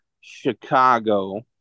Chicago